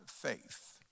faith